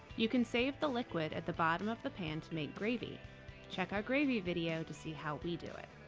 you can save the liquid at the bottom of the pan to make gravy check our gravy video to see how we do it.